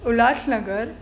Ulhas Nagar